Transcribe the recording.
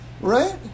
Right